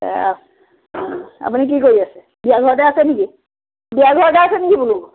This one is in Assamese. আপুনি কি কৰি আছে বিয়াঘৰতে আছে নেকি বিয়াঘৰতে আছে নেকি বোলো